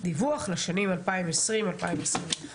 דיווח לשנים 2020 ו-2021